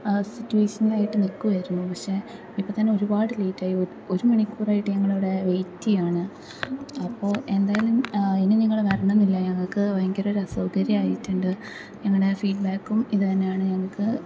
സിറ്റുവേഷനിലായിട്ട് നിൽക്കുവായിരുന്നു പക്ഷേ ഇപ്പം തന്നെ ഒരുപാട് ലേറ്റ് ആയി ഒരുമണിക്കൂർ ആയിട്ട് ഞങ്ങൾ ഇവിടെ വെയിറ്റ് ചെയ്യുവാണ് അപ്പോൾ എന്തായാലും ഇനി നിങ്ങൾ വരണമെന്നില്ല ഞങ്ങൾക്ക് ഭയങ്കര ഒരു അസൗകര്യമായിട്ടുണ്ട് ഞങ്ങളുടെ ഫീഡ്ബാക്കും ഇതു തന്നെയാണ് ഞങ്ങൾക്ക്